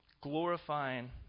Glorifying